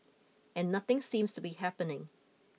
and nothing seems to be happening